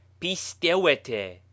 PISTEWETE